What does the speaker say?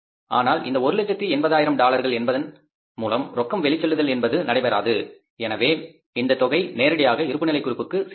ஆனால் இந்த 1 லட்சத்து 80 ஆயிரம் டாலர்கள் என்பதன் மூலம் ரொக்கம் வெளிசெல்லுதல் என்பது நடைபெறாது எனவே இந்த தொகை நேரடியாக பாலன்ஸ் ஷீட்டுக்கு சென்றுவிடும்